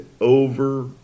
over